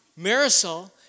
Marisol